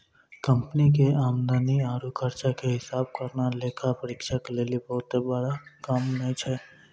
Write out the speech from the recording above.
company के आमदनी आरु खर्चा के हिसाब करना लेखा परीक्षक लेली बहुते बड़का काम नै छै